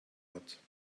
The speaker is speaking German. hat